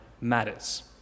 matters